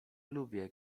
lubię